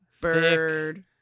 Bird